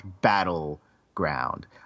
battleground